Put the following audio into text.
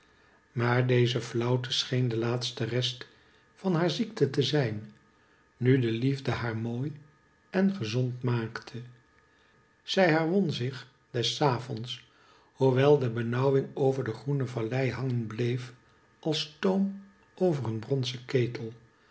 maar deze flauwte scheen de laatste rest van hare ziekte te zijn nu de liefde haar mooi en gezond maakte zij herwon zich des avonds hoewel de benauwing over de groene vallei hangen bleef als stoom over een bronzen ketel